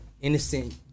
innocent